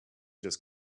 just